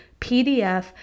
PDF